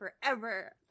forever